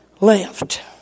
left